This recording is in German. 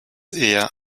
eher